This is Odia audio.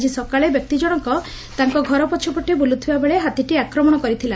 ଆକି ସକାଳେ ବ୍ୟକ୍ତିଜଶଙ୍କ ତାଙ୍କ ଘର ପଛପଟେ ବୁଲୁଥିବା ବେଳେ ହାତୀଟି ଆକ୍ରମଶ କରିଥିଲା